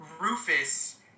Rufus